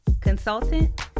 consultant